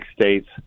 states